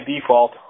default